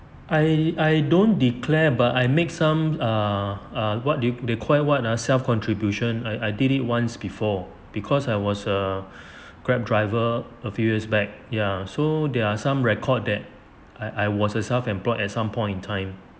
I I don't declare but I make some err err what do you call what ah self contribution I I did it once before because I was a grab driver a few years back ya so there are some record that I I was a self employed at some point in time